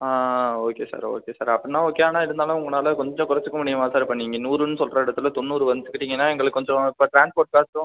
okay sir okay sir அப்படினா okay ஆனால் இருந்தாலும் உங்களால் கொஞ்சம் கொறைச்சிக்க முடியுமா சார் இப்போ நீங்கள் நூறுன்னு சொல்கிற இடத்துல தொண்ணூறு வச்சிட்டிங்கன்னால் எங்களுக்கு கொஞ்சம் இப்போ டிரான்ஸ்போர்ட் காஸ்ட்டும்